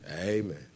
Amen